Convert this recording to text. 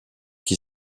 qui